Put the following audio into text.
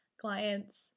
clients